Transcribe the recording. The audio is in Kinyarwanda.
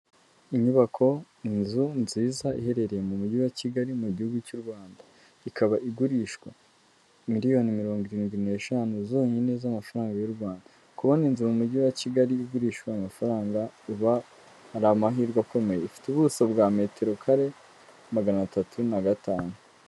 Inyubako inzu nziza iherereye mu mujyi wa Kigali mu gihugu cy'u Rwanda, ikaba igurishwa miliyoni mirongo iridwi n'eshanu zonyine z'amafaranga y'u Rwanda, kubona inzu mu mujyi wa Kigali igurishwa ayamafaranga ubu hari amahirwe akomeye ifite ubuso bwa metero kare magana atatu na gatanu.